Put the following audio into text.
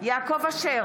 יעקב אשר,